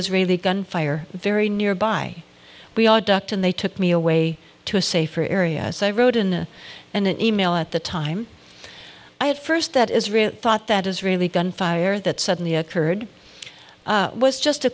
israeli gunfire very nearby we are ducked and they took me away to a safer area so i wrote in an e mail at the time i had first that israel thought that israeli gunfire that suddenly occurred was just a